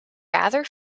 rather